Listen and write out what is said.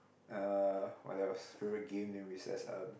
uh what else favourite game during recess um